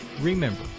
remember